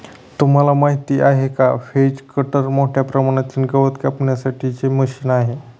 तुम्हाला माहिती आहे का? व्हेज कटर मोठ्या प्रमाणातील गवत कापण्यासाठी चे मशीन आहे